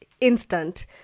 instant